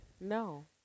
No